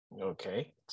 Okay